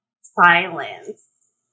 silence